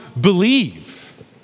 believe